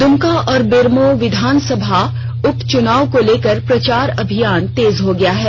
दुमका और बेरमो विधानसभा उपचुनाव को लेकर प्रचार अभियान तेज हो गया है